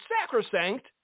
sacrosanct